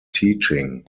teaching